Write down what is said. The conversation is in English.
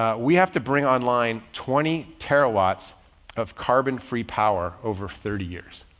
ah we have to bring online twenty terawatts of carbon free power over thirty years.